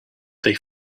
they